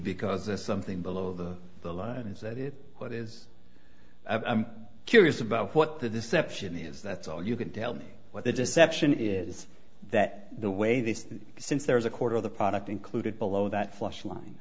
because there's something below the line is that what is curious about what the deception is that's all you can tell me what the deception is that the way this since there is a quarter of the product included below that flush line